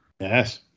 Yes